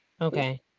Okay